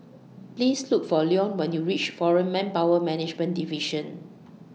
Please Look For Leone when YOU REACH Foreign Manpower Management Division